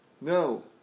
No